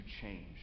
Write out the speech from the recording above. change